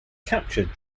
captured